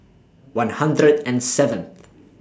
one hundred and seventh